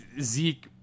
Zeke